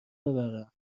ببرم